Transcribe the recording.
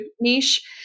niche